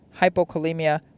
hypokalemia